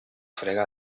frega